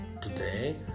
Today